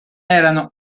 erano